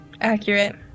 accurate